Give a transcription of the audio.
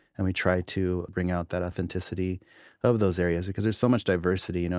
and we try to bring out that authenticity of those areas because there's so much diversity. you know